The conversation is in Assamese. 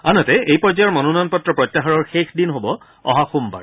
আনহাতে এই পৰ্যায়ৰ মনোনয়ন পত্ৰ প্ৰত্যাহাৰৰ শেষ দিন হ'ব অহা সোমবাৰ